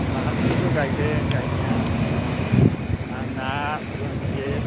बाहादुरबो गायदों गायनाया आंना रनजित